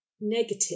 negative